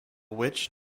which